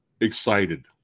excited